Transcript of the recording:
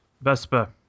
Vespa